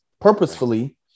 Purposefully